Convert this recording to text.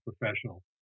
professional